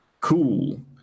cool